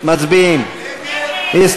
עמר בר-לב,